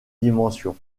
dimension